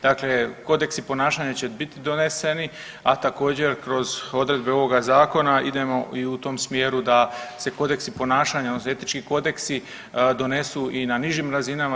Dakle, kodeksi ponašanja će bit doneseni, a također kroz odredbe ovoga zakona idemo i u tom smjeru da se kodeksi ponašanja odnosno etički kodeksi donesu i na nižim razinama.